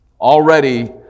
Already